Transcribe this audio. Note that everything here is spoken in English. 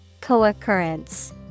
Co-occurrence